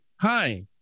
Hi